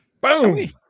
Boom